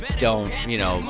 don't you know,